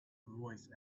voice